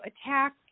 attack